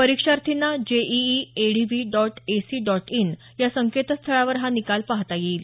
परीक्षार्थींना J E E A D V dot A C dot in या संकेतस्थळावर हा निकाल पाहता येईल